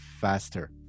faster